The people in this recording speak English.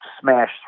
smash